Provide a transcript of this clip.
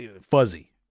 fuzzy